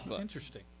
Interesting